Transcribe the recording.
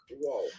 whoa